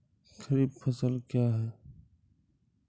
खरीफ फसल क्या हैं?